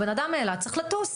בן אדם מאילת צריך לטוס.